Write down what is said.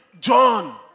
John